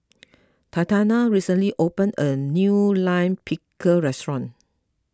Tatiana recently open a new Lime Pickle restaurant